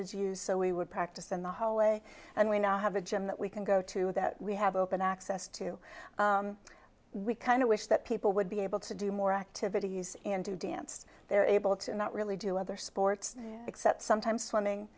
is used so we would practice in the hallway and we now have a gym that we can go to that we have open access to we kind of wish that people would be able to do more activities and do dance they're able to not really do other sports except sometimes swimming